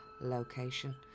location